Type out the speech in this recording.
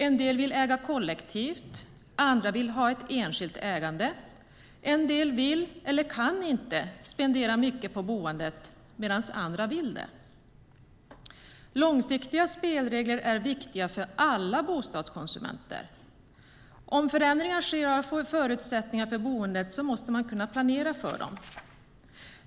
En del vill äga kollektivt, andra vill ha ett enskilt ägande. En del vill eller kan inte spendera mycket på boendet, medan andra vill det. Långsiktiga spelregler är viktiga för alla bostadskonsumenter. Om förändringar sker av förutsättningarna för boendet måste man kunna planera för dem.